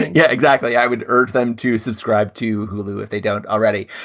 yeah, exactly. i would urge them to subscribe to hulu if they don't already.